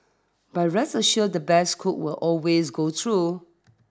but rest assured the best cook will always go through